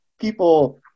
people